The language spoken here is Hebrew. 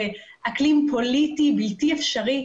אקלים פוליטי בלתי אפשרי,